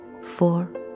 four